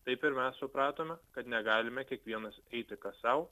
taip ir mes supratome kad negalime kiekvienas eiti kas sau